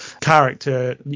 character